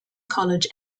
college